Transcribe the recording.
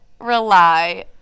rely